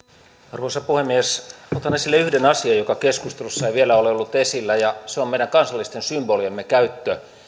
arvoisa puhemies otan esille yhden asian joka keskustelussa ei vielä ole ollut esillä se on meidän kansallisten symboliemme käyttö